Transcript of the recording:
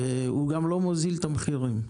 והוא גם לא מוזיל את המחירים.